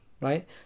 Right